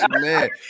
Man